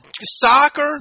Soccer